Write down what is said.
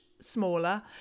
smaller